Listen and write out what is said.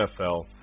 NFL